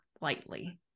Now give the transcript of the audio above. lightly